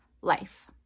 life